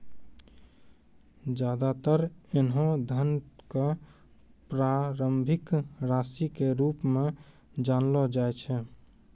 ज्यादातर ऐन्हों धन क प्रारंभिक राशि के रूप म जानलो जाय छै